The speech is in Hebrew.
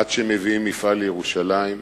עד שמביאים מפעל לירושלים,